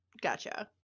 Gotcha